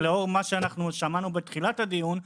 לאור מה ששמענו בתחילת הדיון,